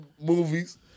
movies